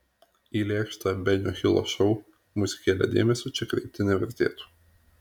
į lėkštą benio hilo šou muzikėlę dėmesio čia kreipti nevertėtų